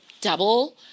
double